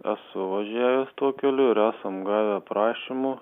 esu važiavęs tuo keliu ir esam gavę prašymų